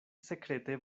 sekrete